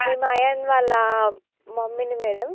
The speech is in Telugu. మేము అయాన్ వాళ్ళ మమ్మీని మేడమ్